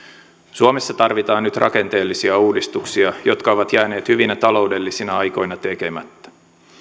suomessa tarvitaan nyt rakenteellisia uudistuksia jotka ovat jääneet hyvinä taloudellisina aikoina tekemättä